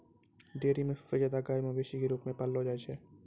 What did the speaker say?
dairy म सबसे जादा गाय मवेशी क रूप म पाललो जाय छै